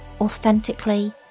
authentically